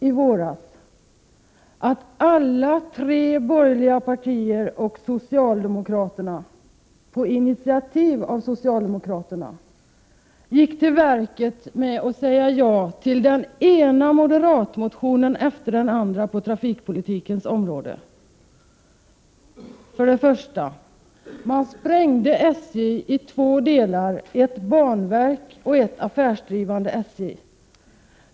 I våras gick alla de borgerliga partierna och socialdemokraterna— på initiativ av socialdemokraterna — till verket med att säga ja till den ena moderatmotionen efter den andra på trafikpolitikens område. Först och främst sprängde man SJ i två delar, ett banverk och ett affärsdrivande SJ.